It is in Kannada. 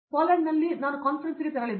ಪೋಲೆಂಡ್ನಲ್ಲಿ ನಾನು ಕಾನ್ಫರೆನ್ಸ್ಗೆ ತೆರಳಿದ್ದೆ